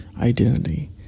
Identity